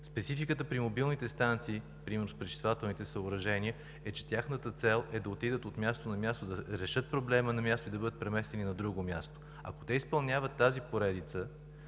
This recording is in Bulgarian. Спецификата при мобилните станции, примерно с пречиствателните съоръжения, е, че тяхната цел е да отидат от място на място – да решат проблема на място, и да бъдат преместени на друго място. Ако те изпълняват тази поредица,